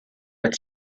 with